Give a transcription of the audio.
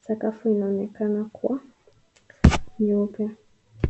sakafu inaoneka kuwa na nyeupe.